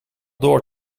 door